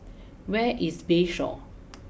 where is Bayshore